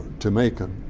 to macon,